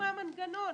מה המנגנון,